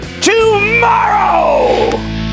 tomorrow